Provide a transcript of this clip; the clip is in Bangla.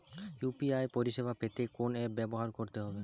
ইউ.পি.আই পরিসেবা পেতে কোন অ্যাপ ব্যবহার করতে হবে?